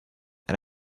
and